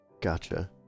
Gotcha